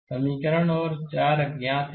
तो यह 4 अज्ञात है